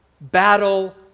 Battle